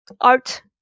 art